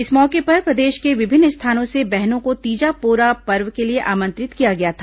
इस मौके पर प्रदेश के विभिन्न स्थानों से बहनों को तीजा पोरा पर्व के लिए आमंत्रित किया गया था